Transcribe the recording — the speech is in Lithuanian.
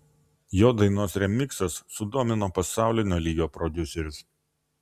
jo dainos remiksas sudomino pasaulinio lygio prodiuserius